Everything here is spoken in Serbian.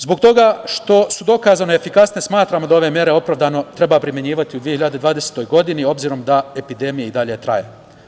Zbog toga što su dokazano efikasne, smatramo da ove mere opravdano treba primenjivati i u 2021. godini, obzirom da epidemija i dalje traje.